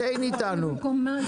אין נמנעים, אין מתנגדים.